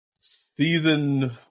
season